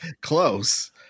close